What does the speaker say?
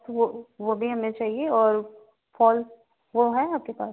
वह वह भी हमें चाहिए और फॉल्स वह है आपके पास